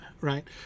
right